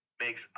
makes